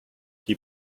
die